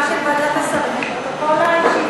מפרסמים מהישיבה של ועדת השרים את פרוטוקול,